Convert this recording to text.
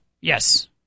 Yes